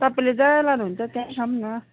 तपाईँले जहाँ लानुहुन्छ त्यहीँ खाऔँ न